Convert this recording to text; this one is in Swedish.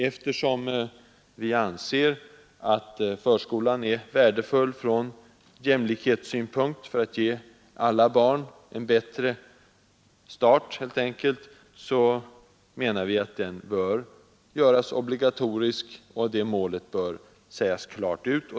Eftersom vi anser att förskolan är värdefull från jämlikhetssynpunkt, för att ge alla barn en bättre start, menar vi att den bör göras obligatorisk och att det målet bör sägas ut klart.